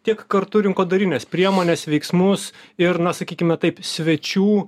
tiek kartu rinkodarinės priemonės veiksmus ir na sakykime taip svečių